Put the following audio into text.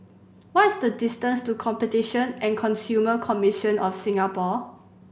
what is the distance to Competition and Consumer Commission of Singapore